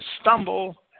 stumble